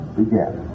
began